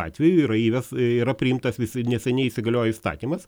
atveju yra įves yra priimtas visai neseniai įsigaliojo įstatymas